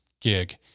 gig